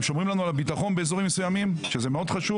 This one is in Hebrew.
הם שומרים לנו על הביטחון באזורים מסוימים שזה חשוב